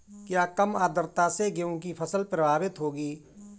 क्या कम आर्द्रता से गेहूँ की फसल प्रभावित होगी?